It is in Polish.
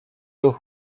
ruch